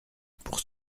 pour